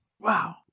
Wow